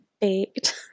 baked